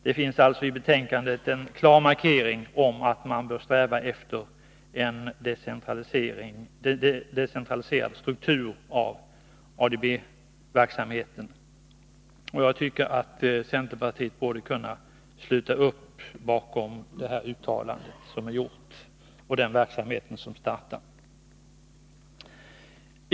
Det finns alltså i betänkandet en klar markering av att man bör sträva efter en decentraliserad struktur i ADB-verksamheten. Jag tycker att centerpartiet borde kunna sluta upp bakom det uttalandet och den verksamhet som kommer att starta.